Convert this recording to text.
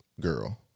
girl